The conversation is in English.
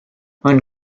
when